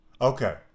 Okay